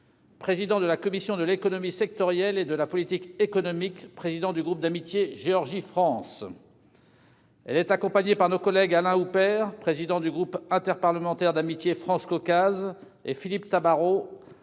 président de la commission de l'économie sectorielle et de la politique économique, président du groupe d'amitié Géorgie-France. Cette délégation est accompagnée par nos collègues Alain Houpert, président du groupe interparlementaire d'amitié France-Caucase, et Philippe Tabarot,